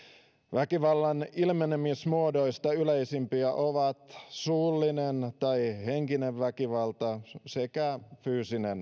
väkivallan ilmenemismuodoista yleisimpiä ovat suullinen tai henkinen väkivalta sekä fyysinen